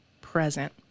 present